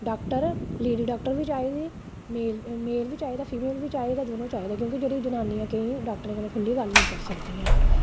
doctor lady doctor बी चाहिदी male male बी चाहिदा फीमेल बी चाहिदा दोनो चाहिदा क्योंकि जेह्ड़ी जनानियां केईं डाक्टरें कन्नै खुल्लियै गल्ल नेईं करी सकदियां हैन